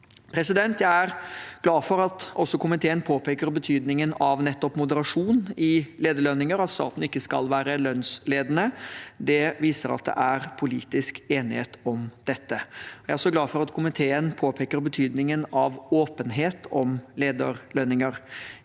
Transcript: moderasjon. Jeg er glad for at også komiteen påpeker betydningen av nettopp moderasjon i lederlønninger, og at staten ikke skal være lønnsledende. Det viser at det er politisk enighet om dette. Jeg er også glad for at komiteen påpe ker betydningen av åpenhet om lederlønninger.